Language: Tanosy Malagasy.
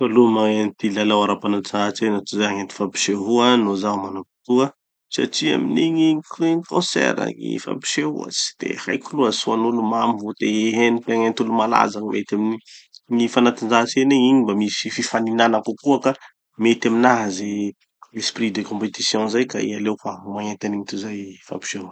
Aleoko aloha magnenty lalao ara-panatanjahatena tozay hagnenty fampisehoa no zaho manam-potoa satria gny gny concert gny fampisehoa tsy haiko loatsy. Hoan'olo mamo vo te hiheno te hagnenty olo malaza gny mety aminigny. Gny fanatanjahatena igny, igny mba misy fifaninana kokoa ka mety aminaha ze esprit de compétition zay ka aleoko aho magnenty anigny tozay fampisehoa.